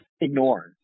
ignore